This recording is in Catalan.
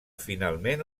finalment